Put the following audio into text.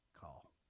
call